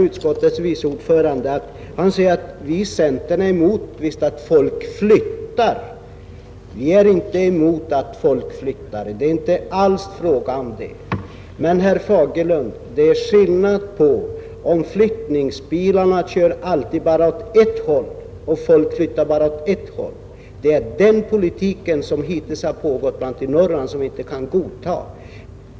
Utskottets vice ordförande säger att vi i centern är emot att folk flyttar. Får jag svara att vi inte är emot att folk flyttar; det är inte alls frågan om det. Men, herr Fagerlund, det är en annan sak om flyttningsbilarna alltid kör åt ett och samma håll. Den politiken, som hittills har förts, kan vi i Norrland inte godta.